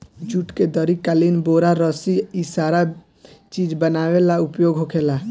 जुट के दरी, कालीन, बोरा, रसी इ सारा चीज बनावे ला उपयोग होखेला